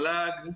למל"ג,